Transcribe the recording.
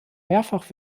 mehrfach